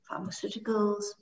pharmaceuticals